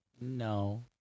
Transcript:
No